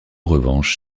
revanche